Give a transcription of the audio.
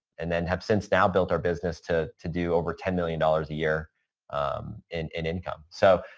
and then have since now built our business to to do over ten million dollars a year in income. so,